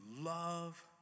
love